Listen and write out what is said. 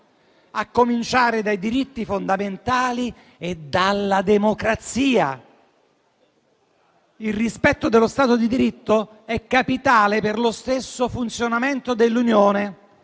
a cominciare dai diritti fondamentali e dalla democrazia. Il rispetto dello Stato di diritto è capitale per lo stesso funzionamento dell'Unione